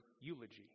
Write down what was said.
eulogy